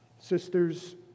Sisters